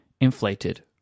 inflated